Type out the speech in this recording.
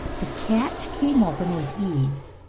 the catch came open with ease,